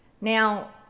now